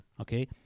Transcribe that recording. Okay